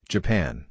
Japan